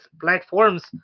platform's